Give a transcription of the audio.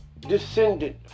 Descendant